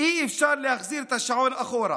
אי-אפשר להחזיר את השעון אחורה,